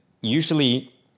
Usually